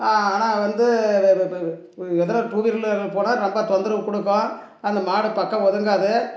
ஆனால் வந்து ஏதாவது டூ வீலரு போன ரொம்ப தொந்தரவு கொடுக்கும் அந்த மாடு பக்கம் ஒதுங்காது